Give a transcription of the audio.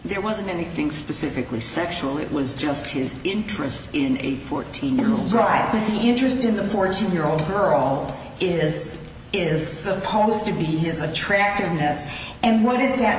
there wasn't anything specifically sexual it was just his interest in a fourteen year old bride to be interested in the fourteen year old girl is is the post to be his attractiveness and what is ha